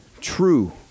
true